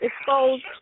exposed